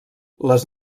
les